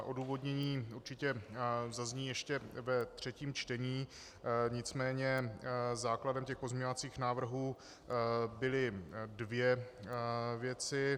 Odůvodnění určitě zazní ještě ve třetím čtení, nicméně základem těch pozměňovacích návrhů byly dvě věci.